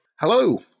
Hello